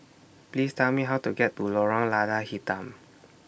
Please Tell Me How to get to Lorong Lada Hitam